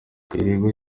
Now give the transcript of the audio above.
kayirebwa